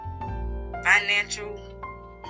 financial